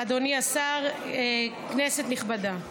אדוני השר, כנסת נכבדה,